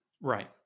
Right